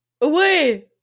away